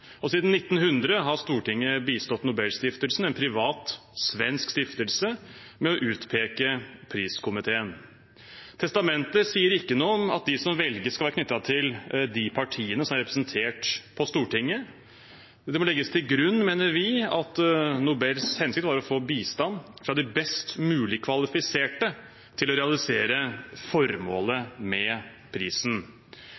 Siden 1900 har Stortinget bistått Nobelstiftelsen – en privat svensk stiftelse – med å utpeke priskomiteen. Testamentet sier ikke noe om at de som velges, skal være knyttet til de partiene som er representert på Stortinget. Men det må legges til grunn, mener vi, at Nobels hensikt var å få bistand fra de best mulig kvalifiserte til å realisere formålet